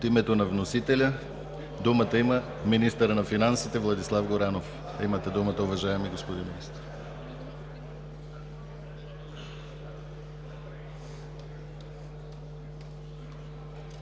От името на вносителя думата има министъра на финансите Владислав Горанов. Имате думата, уважаеми господин Министър.